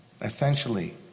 essentially